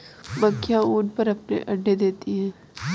मक्खियाँ ऊन पर अपने अंडे देती हैं